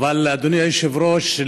אדוני היושב-ראש,